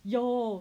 有